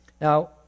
Now